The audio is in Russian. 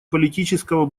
политического